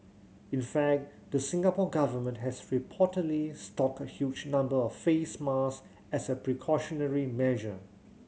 in fact the Singapore Government has reportedly stocked a huge number of face mask as a precautionary measure